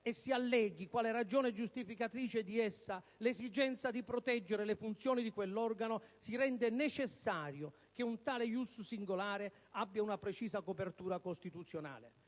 e si alleghi, quale ragione giustificatrice di essa, l'esigenza di proteggere le funzioni di quell'organo, si rende necessario che un tale *ius* singolare, abbia una precisa copertura costituzionale».